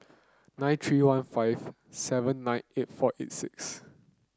nine three one five seven nine eight four eight six